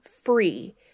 free